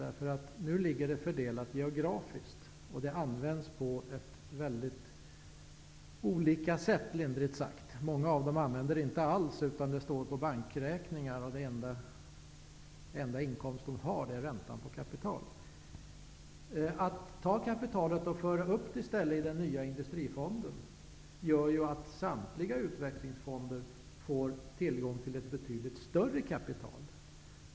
Nu ligger kapitalet fördelat geografiskt, och det används på lindrigt sagt väldigt olika sätt. På många håll används det inte alls, utan det står på bankräkningar, och den enda inkomst det ger är ränta på kapital. Att i stället ta kapitalet och föra upp det i den nya Industrifonden gör att samtliga utvecklingsfonder får tillgång till ett betydligt större kapital.